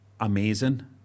amazing